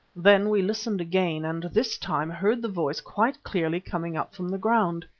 then we listened again and this time heard the voice quite clearly coming from the ground.